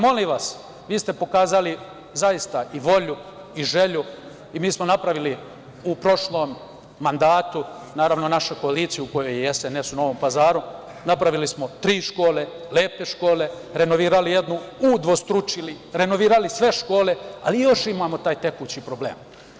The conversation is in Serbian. Molim vas, vi ste pokazali zaista i volju i želju i mi smo napravili u prošlom mandatu, naravno naša koalicija u kojoj je SNS u Novom Pazaru, napravili smo tri škole, lepe škole, renovirali jednu, udvostručili, renovirali sve škole, ali još imamo taj tekući problem.